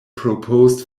proposed